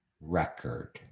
record